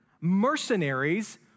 mercenaries